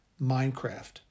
Minecraft